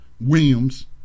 Williams